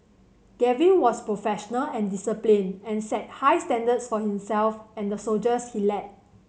Gavin was professional and disciplined and set high standards for himself and the soldiers he led